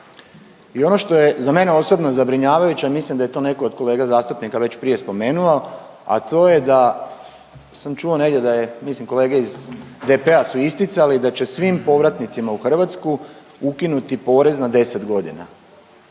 I ono što je za mene osobno zabrinjavajuće, a mislim da je to netko od kolega zastupnika već prije spomenuo, a to je da sam čuo negdje da je mislim kolege iz DP-a su isticali da će svim povratnicima u Hrvatsku ukinuti porez na 10 godina.